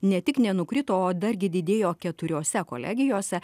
ne tik nenukrito o dar gi didėjo keturiose kolegijose